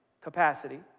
capacity